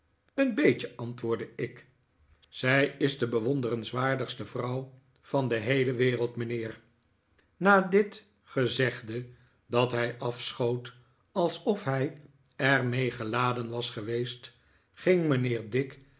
een beetje antwoordde ik zij is de bewonderenswaardigste vrouw van de wereld mijnheer na dit gezegde dat hij afschoot alsof hij er mee geladen was geweest ging mijnheer